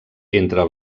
entre